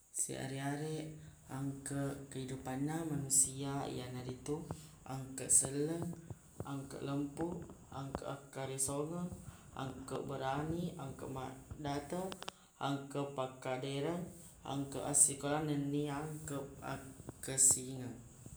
Siareq-areq angkeq ri dupanna manusia yanaritu angkeq selleng, angkeq lempu, angkeq akkaresongeng, angkeq berani, angkeq maqdatte, angkeq pakkadereng, angkeq assikolang, nennia angkeq akkessingeng.